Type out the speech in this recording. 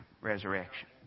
resurrection